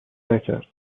نکرد